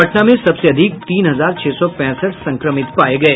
पटना में सबसे अधिक तीन हजार छह सौ पैंसठ संक्रमित पाये गये